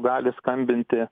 gali skambinti